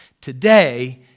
today